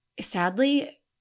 sadly